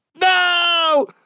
No